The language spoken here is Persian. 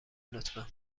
لطفا